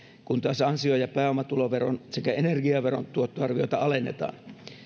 kun taas ansio ja pääomatuloveron sekä energiaveron tuottoarvioita alennetaan